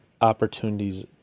opportunities